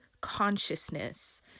consciousness